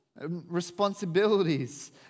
responsibilities